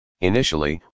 Initially